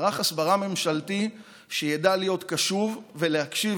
מערך הסברה ממשלתי שידע להיות קשוב ולהקשיב